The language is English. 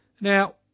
Now